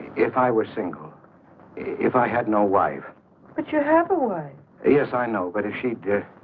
if i was single if i had no life but you have a way yes i know but if she did.